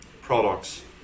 products